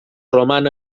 roman